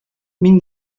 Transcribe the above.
мин